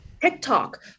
TikTok